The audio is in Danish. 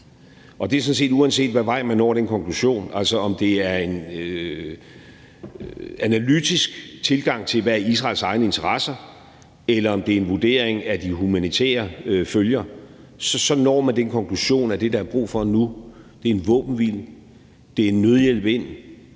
uanset ad hvilken vej man når den konklusion. Altså, uanset om det er en analytisk tilgang til, hvad Israels egne interesser er, eller om det er en vurdering af de humanitære følger, så når man den konklusion, at det, der er brug for nu, er en våbenhvile, at få nødhjælp ind